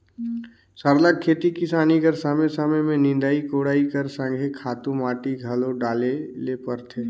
सरलग खेती किसानी कर समे समे में निंदई कोड़ई कर संघे खातू माटी घलो डाले ले परथे